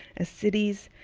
as cities,